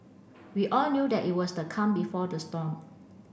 we all knew that it was the calm before the storm